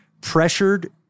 pressured